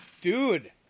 Dude